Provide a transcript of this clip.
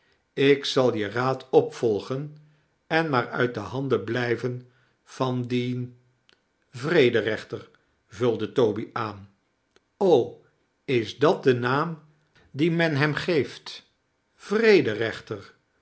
ik zal je raad opvolgen en maar uit de handen blijven van dien vrederechter vulde toby aan is dat de naam dien men hem geeft